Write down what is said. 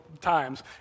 times